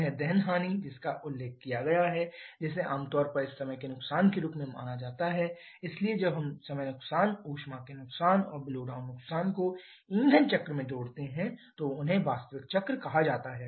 यह दहन हानि जिसका उल्लेख किया गया है जिसे आमतौर पर इस समय के नुकसान के रूप में माना जाता है इसलिए जब हम समय नुकसान ऊष्मा के नुकसान और ब्लो डाउन नुकसान को ईंधन चक्र में जोड़ते हैं तो उन्हें वास्तविक चक्र कहा जाता है